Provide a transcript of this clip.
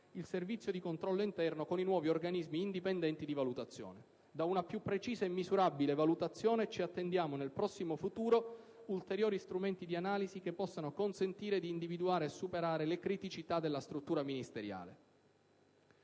il servizio di controllo interno con i nuovi organismi indipendenti di valutazione. Da una più precisa e misurabile valutazione ci attendiamo, nel prossimo futuro, ulteriori strumenti di analisi che possano consentire di individuare e superare le criticità della struttura ministeriale.